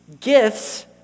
gifts